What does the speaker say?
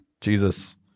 Jesus